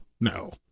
no